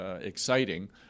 exciting